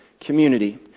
community